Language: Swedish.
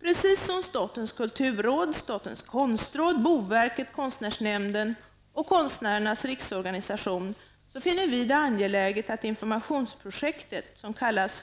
Precis som statens kulturråd, statens konstråd, boverket, konstnärsnämnden och Konstnärernas riksorganisation finner vi det angeläget att informationsprojektet